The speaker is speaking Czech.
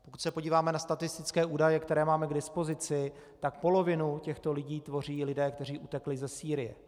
Pokud se podíváme na statistické údaje, které máme k dispozici, tak polovinu těchto lidí tvoří lidé, kteří utekli ze Sýrie.